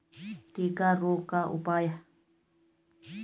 टिक्का रोग का उपाय?